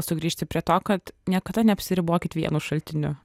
sugrįžti prie to kad niekada neapsiribokit vienu šaltiniu